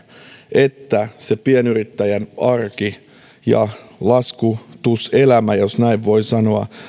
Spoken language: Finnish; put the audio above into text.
että se pienyrittäjän arki ja laskutuselämä jos näin voi sanoa